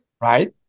Right